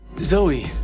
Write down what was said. Zoe